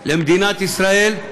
למדינת ישראל.